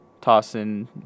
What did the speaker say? Tossin